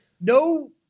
no